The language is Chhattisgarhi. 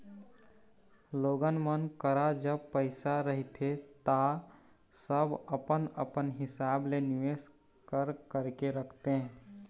लोगन मन करा जब पइसा रहिथे ता सब अपन अपन हिसाब ले निवेस कर करके रखथे